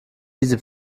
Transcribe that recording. diese